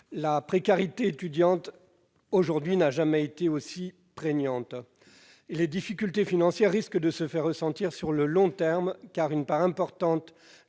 La précarité étudiante n'a jamais été aussi prégnante qu'aujourd'hui, et les difficultés financières risquent de se faire ressentir sur le long terme, car une part importante